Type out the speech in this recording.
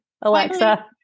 Alexa